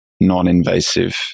non-invasive